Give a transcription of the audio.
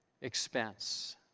expense